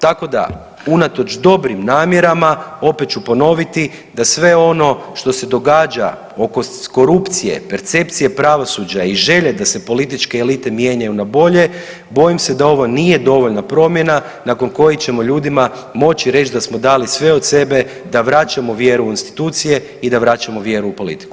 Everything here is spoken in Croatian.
Tako da unatoč dobrim namjerama opet ću ponoviti da sve ono što se događa oko korupcije, percepcije pravosuđa i želje da se političke elite mijenjaju na bolje bojim se da ovo nije dovoljna promjena nakon koje ćemo ljudima moći reć da smo dali sve od sebe da vraćamo vjeru u institucije i da vraćamo vjeru u politiku.